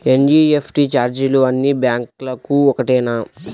NEFT ఛార్జీలు అన్నీ బ్యాంక్లకూ ఒకటేనా?